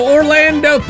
Orlando